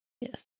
Yes